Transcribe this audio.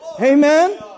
Amen